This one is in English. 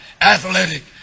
athletic